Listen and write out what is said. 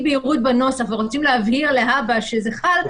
בהירות בנוסח ורוצים להבהיר להבא שזה חל,